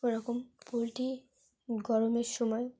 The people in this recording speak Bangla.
ওরকম পোলট্রি গরমের সময়